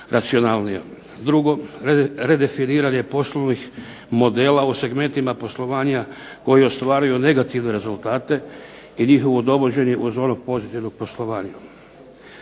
Drugo redefiniranje poslovnih modela u segmentima poslovanja koji ostvaruju negativne rezultate, i njihovo dovođenje u zonu pozitivnog poslovanja.